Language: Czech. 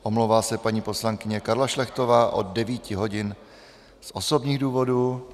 Omlouvá se paní poslankyně Karla Šlechtová od 9 hodin z osobních důvodů.